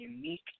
unique